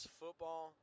football